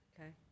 Okay